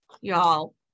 y'all